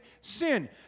sin